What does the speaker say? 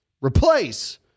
Replace